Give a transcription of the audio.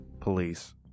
police